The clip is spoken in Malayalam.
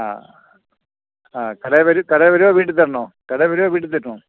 ആ ആ കടയിൽ കടയിൽ വരുമോ വീട്ടിൽ തരണോ കടയിൽ വരുമോ വീട്ടിൽ തരണോ